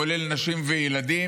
כולל נשים וילדים,